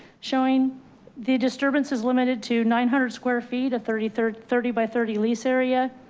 showing the disturbance is limited to nine hundred square feet, a thirty third thirty by thirty lease area.